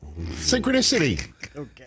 Synchronicity